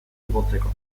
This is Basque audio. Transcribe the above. igotzeko